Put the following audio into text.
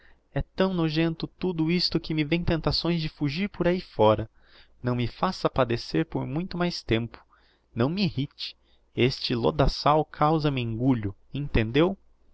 é tão nojento tudo isto que me vem tentações de fugir por ahi fora não me faça padecer por muito mais tempo não me irrite este lodaçal causa me engulho entendeu